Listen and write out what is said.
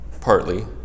partly